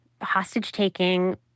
hostage-taking